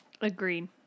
Agreed